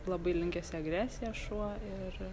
labai linkęs į agresiją šuo ir